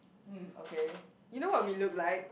mm okay you know what we look like